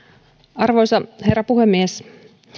arvoisa herra puhemies